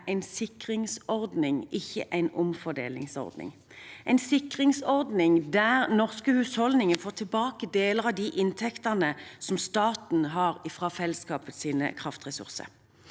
en sikringsordning, ikke en omfordelingsordning – en sikringsordning der norske husholdninger får tilbake deler av de inntektene staten har fra fellesskapets kraftressurser.